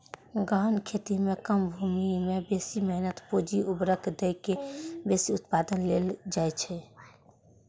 गहन खेती मे कम भूमि मे बेसी मेहनत, पूंजी, उर्वरक दए के बेसी उत्पादन लेल जाइ छै